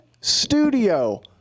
studio